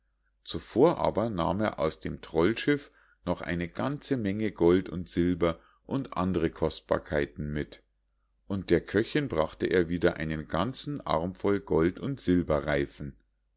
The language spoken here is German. zuvor aber nahm er aus dem trollschiff noch eine ganze menge gold und silber und andre kostbarkeiten mit und der köchinn brachte er wieder einen ganzen armvoll gold und